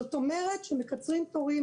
זאת אומרת שמקצרים תורים,